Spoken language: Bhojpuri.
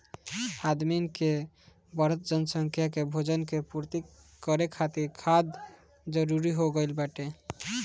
आदमिन के बढ़त जनसंख्या के भोजन के पूर्ति करे खातिर खाद जरूरी हो गइल बाटे